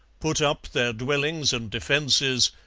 put up their dwellings and defences,